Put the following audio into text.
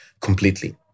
completely